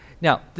Now